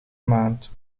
maand